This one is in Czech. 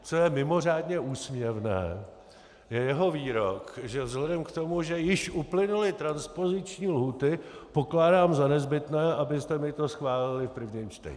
Co je mimořádně úsměvné, je jeho výrok, že vzhledem k tomu, že již uplynuly transpoziční lhůty, pokládám za nezbytné, abyste mi to schválili v prvním čtení!